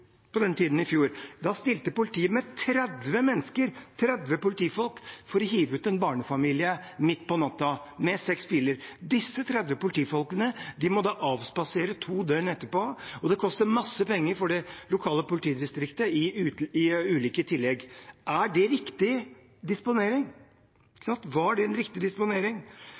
stilte politiet med 30 politifolk og seks biler for å hive ut en barnefamilie midt på natten. Disse 30 politifolkene måtte avspasere to døgn etterpå, og det koster mange penger, i form av ulike tillegg, for det lokale politidistriktet. Var og er det en riktig disponering? Hvis man leser Stavanger Aftenblad, ser man at